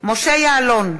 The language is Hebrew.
משה יעלון,